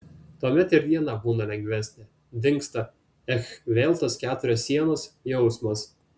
tuomet ir diena būna lengvesnė dingsta ech vėl tos keturios sienos jausmas